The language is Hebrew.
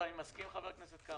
אבל אני מסכים עם חבר הכנסת קרעי.